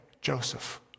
Joseph